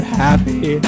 happy